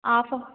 half